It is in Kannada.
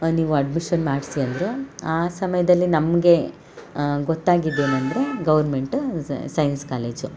ನೀವು ಅಡ್ಮಿಷನ್ ಮಾಡಿಸಿ ಅಂದರು ಆ ಸಮಯದಲ್ಲಿ ನಮಗೆ ಗೊತ್ತಾಗಿದ್ದು ಏನು ಅಂದರೆ ಗೌರ್ಮೆಂಟ್ ಸೈನ್ಸ್ ಕಾಲೇಜು